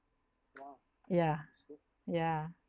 yeah yeah